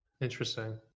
Interesting